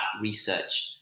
research